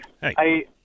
Hey